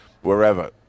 wherever